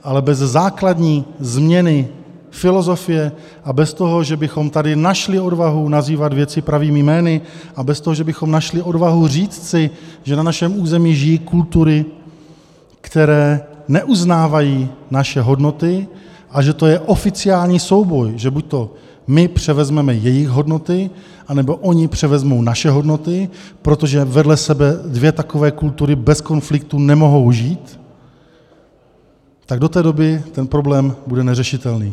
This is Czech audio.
Ale bez základní změny filozofie a bez toho, že bychom tady našli odvahu nazývat věci pravými jmény a bez toho, že bychom našli odvahu říct si, že na našem území žijí kultury, které neuznávají naše hodnoty, a že to je oficiální souboj, že buď my převezmeme jejich hodnoty, nebo oni převezmou naše hodnoty, protože vedle sebe dvě takové kultury bez konfliktu nemohou žít, tak do té doby ten problém bude neřešitelný.